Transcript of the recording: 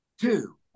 two